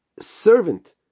servant